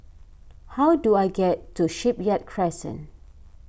how do I get to Shipyard Crescent